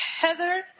Heather